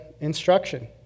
instruction